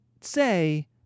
say